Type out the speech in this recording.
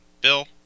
Bill